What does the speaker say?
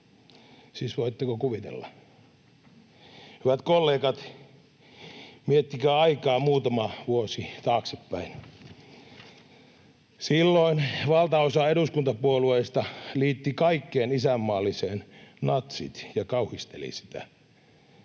Siis voitteko kuvitella? Hyvät kollegat, miettikää aikaa muutama vuosi taaksepäin. Silloin valtaosa eduskuntapuolueista liitti kaikkeen isänmaalliseen natsit ja kauhisteli sitä.